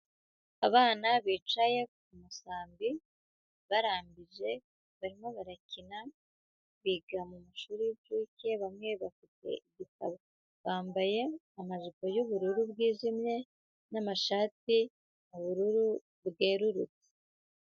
Abana bicaye ku musambi barambije, barimo barakina, biga mu mashuri y'inshuke, bamwe bafite ibitabo, bambaye amajipo y'ubururu bwijimye n'amashati y'ubururu bwererutse.